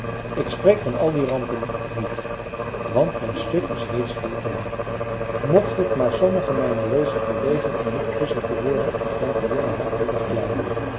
ik spreek van al die rampen niet want mijn stuk is reeds veel te lang mocht het maar sommige mijner lezers bewegen om nog kiescher te worden omtrent de jonge harten der kleinen